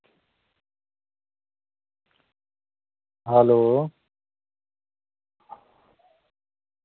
hello